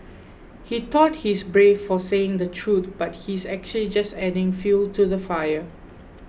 he thought he's brave for saying the truth but he's actually just adding fuel to the fire